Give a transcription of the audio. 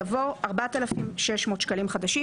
יבוא: 4,600 שקלים חדשים,